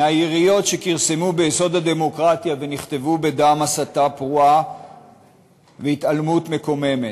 מהיריות שכרסמו ביסוד הדמוקרטיה ונכתבו בדם הסתה פרועה והתעלמות מקוממת.